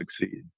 succeed